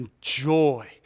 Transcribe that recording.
joy